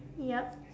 yup